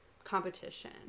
competition